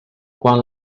quan